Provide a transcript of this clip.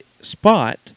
spot